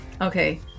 Okay